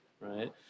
right